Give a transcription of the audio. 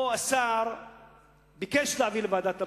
פה השר ביקש להעביר לוועדת המדע.